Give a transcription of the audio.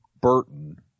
Burton